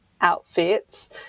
outfits